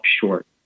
short